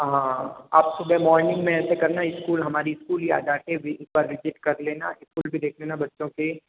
हाँ आप सुबह मॉर्निंग में ऐसे करना स्कूल हमारी स्कूल ही आ जाते एक बार विजिट कर लेना स्कूल भी देख लेना बच्चों के